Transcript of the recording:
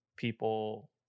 people